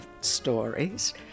stories